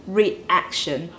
reaction